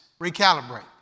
recalibrate